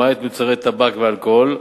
למעט מוצרי טבק ואלכוהול,